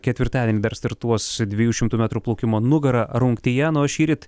ketvirtadienį dar startuos dviejų šimtų metrų plaukimo nugara rungtyje nors šįryt